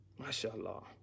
MashaAllah